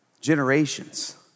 generations